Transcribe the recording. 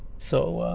so, ah